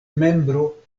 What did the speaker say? membro